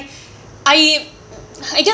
I I guess